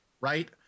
right